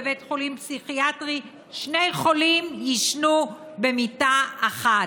בבית חולים פסיכיאטרי שני חולים יישנו במיטה אחת.